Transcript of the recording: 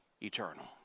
eternal